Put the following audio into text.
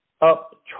up